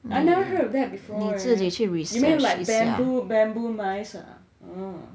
I never heard of that eh you mean like bamboo bamboo mice ah uh